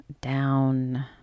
Down